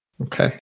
Okay